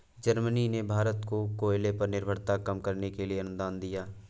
Germany ने भारत को कोयले पर निर्भरता कम करने के लिए अनुदान दिया